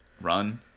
run